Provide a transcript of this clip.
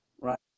Right